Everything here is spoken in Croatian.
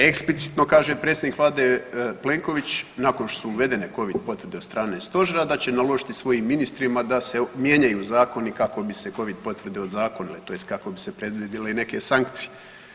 Eksplicitno kaže predsjednik vlade Plenković nakon što su uvedene Covdi potvrde od strane stožera da će naložiti svojim ministrima da se mijenjaju zakoni kako bi se Covid potvrde ozakonile tj. kako bi se predvidjele i neke sankcije.